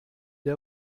der